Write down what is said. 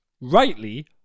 rightly